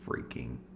freaking